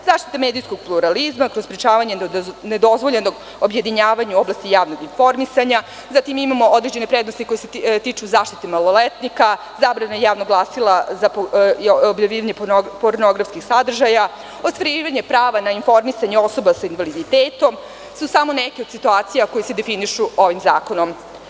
Zaštita medijskog pluralizma kroz sprečavanje nedozvoljenog objedinjavanja u oblasti javnog informisanja, zatim imamo određene prednosti koje se tiču zaštite maloletnika, zabrane javnog glasila i objavljivanje pornografskih sadržaja, ostvarivanje prava na informisanje osoba sa invaliditetom i to su samo neke od situacija koje se definišu ovim zakonom.